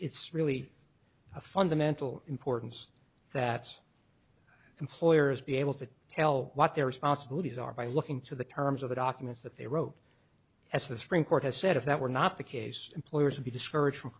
really a fundamental importance that employers be able to tell what their responsibilities are by looking to the terms of the documents that they wrote as the supreme court has said if that were not the case employers would be discouraged from